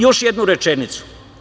Još jednu rečenicu.